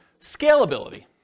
Scalability